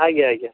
ଆଜ୍ଞା ଆଜ୍ଞା